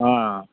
हॅं